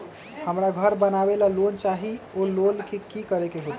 हमरा घर बनाबे ला लोन चाहि ओ लेल की की करे के होतई?